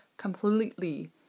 completely